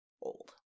old